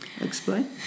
Explain